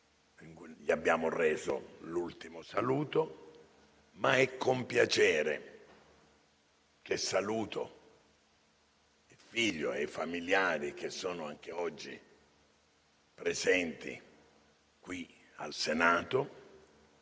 gli abbiamo reso l'ultimo saluto. È però con piacere che saluto il figlio e i familiari che sono anche oggi presenti qui al Senato